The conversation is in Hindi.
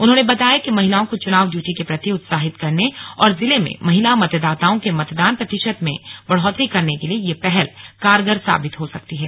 उन्होंने बताया कि महिलाओं को चुनाव ड्यूटी के प्रति उत्साहित करने और जिले में महिला मतदाताओं के मतदान प्रतिशत में बढ़ोतरी करने के लिए यह पहल कारगर साबित हो सकती है